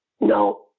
No